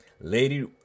Lady